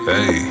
Hey